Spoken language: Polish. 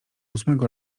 ósmego